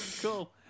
Cool